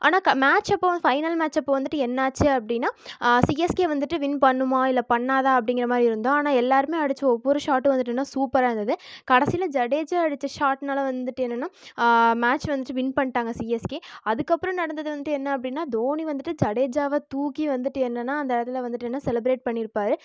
ஆனால் க மேட்ச் அப்போ வந்து பைனல் மேட்ச் அப்போ வந்துவிட்டு என்னாச்சு அப்படின்னா சிஎஸ்கே வந்துவிட்டு வின் பண்ணுமா இல்லை பண்ணாதாக அப்படிங்கிற மாதிரி இருந்தோம் ஆனால் எல்லாருமே அடிச்ச ஒவ்வொரு ஷார்ட்டும் வந்துவிட்டு என்னன்னா சூப்பராக இருந்துது கடைசியில ஜடேஜா அடிச்ச ஷார்ட்னால வந்துவிட்டு என்னன்னா மேட்ச் வந்துவிட்டு வின் பண்ணிட்டாங்க சிஎஸ்கே அதுக்கப்பறம் நடந்தது வந்துவிட்டு என்ன அப்படின்னா தோனி வந்துவிட்டு ஜடேஜாவ தூக்கி வந்துவிட்டு என்னன்னா அந்த இடத்துல வந்துட்டு என்னன்னா செலப்ரேட் பண்ணிருப்பார்